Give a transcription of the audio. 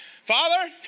Father